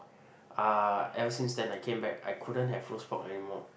ah ever since then I came back I couldn't have roast pork anymore